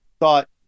thought